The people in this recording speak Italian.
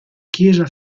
chiesa